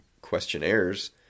questionnaires